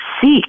seek